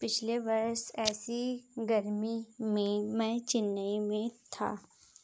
पिछले वर्ष ऐसी गर्मी में मैं चेन्नई में था